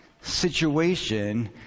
situation